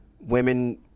women